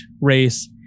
race